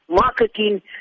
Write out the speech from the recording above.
marketing